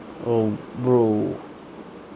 oh bro